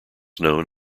known